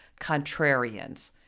contrarians